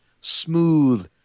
smooth